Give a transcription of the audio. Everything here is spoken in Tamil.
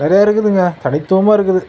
நிறையா இருக்குதுங்க தனித்துவமாக இருக்குது